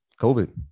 COVID